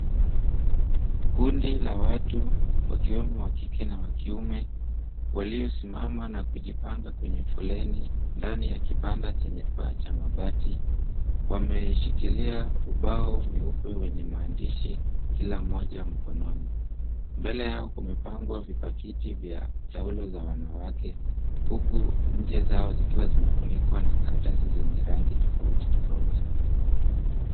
Kundi la watu ikiwemo wa kike na wakiume waliosimama na kujipanga kwenye foleni ndani ya kibanda chenye paa ya mabati wameshikilia ubao nyeupe wenye maandishi, "Kila mmoja mkononi." Mbele yao kumepangwa vipakiti vya taulo vya wanawake huku nje zao zikiwa zimefunikwa na karatasi zenye rangi tofauti tofauti.